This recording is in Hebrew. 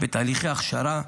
הרווחה בתהליכי הכשרה,